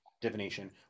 divination